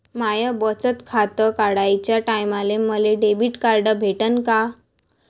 माय बचत खातं काढाच्या टायमाले मले डेबिट कार्ड भेटन का?